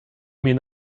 mean